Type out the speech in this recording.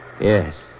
Yes